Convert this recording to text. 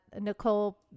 Nicole